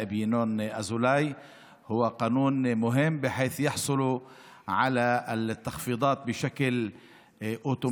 הכנסת ינון אזולאי הוא חוק חשוב שבו מקבלים באופן אוטומטי,